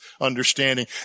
understanding